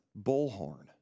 bullhorn